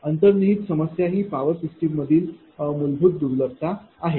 अंतर्निहित समस्या ही पॉवर सिस्टममधील मूलभूत दुर्बलता आहे